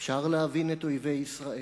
אפשר להבין את אויבי ישראל,